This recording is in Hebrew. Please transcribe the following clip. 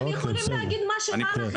אתם יכולים להגיד מה שבא לכם.